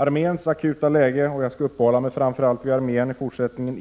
Arméns akuta läge — jag skall i fortsättningen uppehålla mig framför allt 7 vid armén —